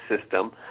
system